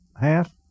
Half